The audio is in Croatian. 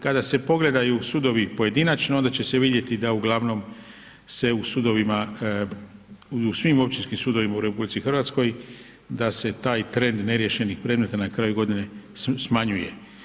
Kada se pogledaju sudovi pojedinačno onda će se vidjeti da uglavnom se u sudovima, u svim općinskim sudovima u RH da se taj trend neriješenih predmeta na kraju godine smanjuje.